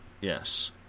Yes